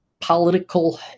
political